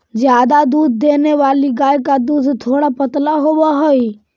ज्यादा दूध देने वाली गाय का दूध थोड़ा पतला होवअ हई